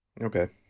okay